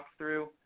walkthrough